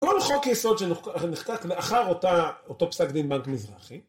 כל חוק יסוד שנחקק לאחר אותו פסק דין בנק מזרחי